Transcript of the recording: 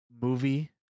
movie